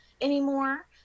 anymore